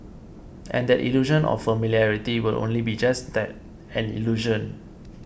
and that illusion of familiarity will only be just that an illusion